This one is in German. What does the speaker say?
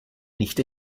nicht